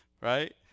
Right